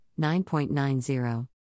9.90